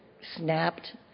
snapped